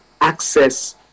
access